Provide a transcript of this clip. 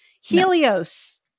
Helios